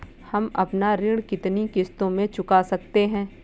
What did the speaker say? हम अपना ऋण कितनी किश्तों में चुका सकते हैं?